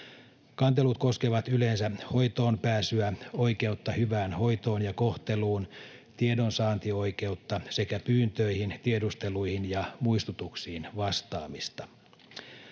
Kantelut koskevat yleensä hoitoon pääsyä, oikeutta hyvään hoitoon ja kohteluun, tiedonsaantioikeutta sekä pyyntöihin, tiedusteluihin ja muistutuksiin vastaamista.